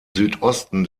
südosten